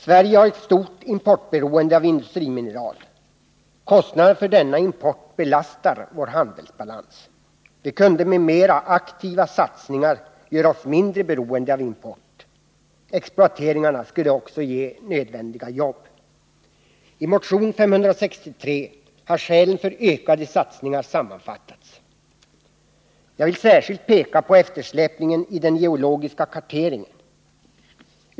Sverige har ett stort importberoende av industrimineral. Kostnaderna för denna import belastar vår handelsbalans. Vi kunde med aktivare satsningar göra oss mindre beroende av import. Exploateringarna skulle också ge nödvändiga jobb. I motion 563 har skälen för ökade satsningar sammanfattats. Jag vill särskilt peka på eftersläpningen i den geologiska karteringen.